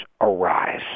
arise